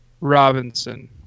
Robinson